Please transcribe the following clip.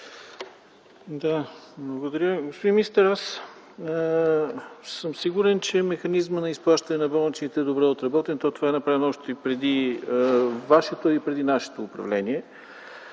КУТЕВ (КБ): Господин министър, аз съм сигурен, че механизмът на изплащане на болничните е добре отработен. Това е направено още преди вашето и нашето управление.